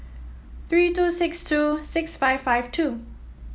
three two six two six five five two